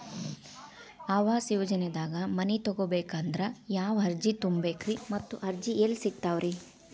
ಆವಾಸ ಯೋಜನೆದಾಗ ಮನಿ ತೊಗೋಬೇಕಂದ್ರ ಯಾವ ಅರ್ಜಿ ತುಂಬೇಕ್ರಿ ಮತ್ತ ಅರ್ಜಿ ಎಲ್ಲಿ ಸಿಗತಾವ್ರಿ?